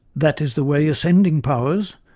that is the way ascending powers,